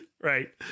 Right